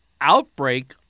outbreak